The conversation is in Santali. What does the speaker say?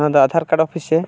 ᱱᱚᱣᱟ ᱫᱚ ᱥᱮ